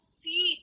see